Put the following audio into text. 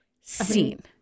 Scene